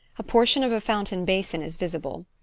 a portion of a fountain basin is visible.